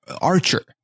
archer